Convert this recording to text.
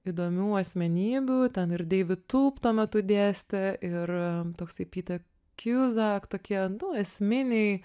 įdomių asmenybių ten ir deivid tūp tuo metu dėstė ir toksai pyta kiūzak tokie du esminiai